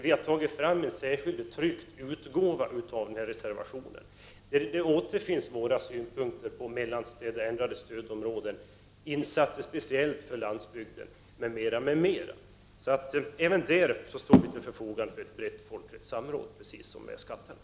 Vi har tagit fram en särskilt tryckt utgåva av reservationen. Där aterfinns våra synpunkter på frågor som begreppet mellanstäder. ändrade stödområdesgränser och insatser speciellt för landsbygden. Även där står vi till förfogande när det gäller ett brett folkligt samråd precis som när det gäller skatterna.